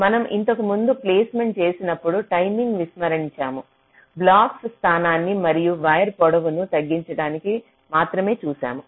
మనం ఇంతకు ముందు ప్లేస్మెంట్ చేసినప్పుడు టైమింగ్ను విస్మరించాము బ్లాక్ల స్థానాన్ని మరియు వైర్ పొడవులను తగ్గించడాన్ని మాత్రమే చూశాము